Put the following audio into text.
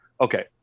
Okay